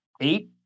eight